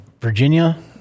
virginia